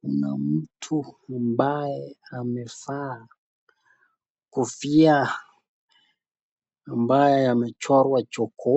Kuna mtu ambaye amevaa kofia ambaye amechorwa choko,